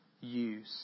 use